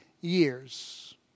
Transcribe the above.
years